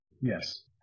Yes